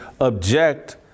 object